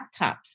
laptops